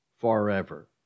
forever